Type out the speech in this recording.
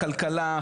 כלכלה,